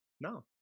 No